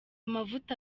mavuta